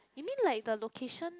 you mean like the location